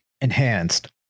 enhanced